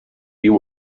you